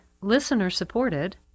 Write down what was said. listener-supported